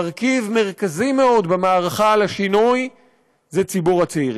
מרכיב מרכזי מאוד במערכה על השינוי זה ציבור הצעירים.